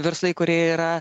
verslai kurie yra